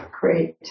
Great